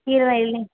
கீரைல்லாம் இல்லிங்க